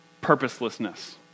purposelessness